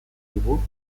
digu